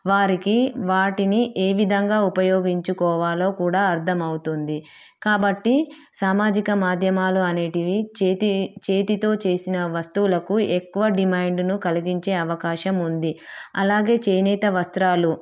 వారికి వాటిని ఏవిధంగా ఉపయోగించుకోవాలో కూడా అర్థమవుతుంది కాబట్టి సామాజిక మాధ్యమాలు అనేటివి చేతి చేతితో చేసిన వస్తువులకు ఎక్కువ డిమాండ్ను కలిగించే అవకాశం ఉంది అలాగే చేనేత వస్త్రాలు